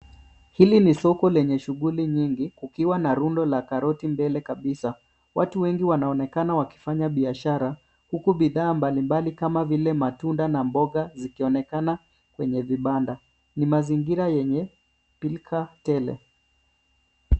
Hili ni soko lenye shughuli nyingi kukiwa na rundo la karoti mbele kabisa. Watu wengi wanaonekana wakifanya biashara huku bidhaa mbalimbali kama vile matunda na mboga zikionekana kwenye viabanda. Ni mazingira yenye pilka tele.